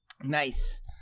Nice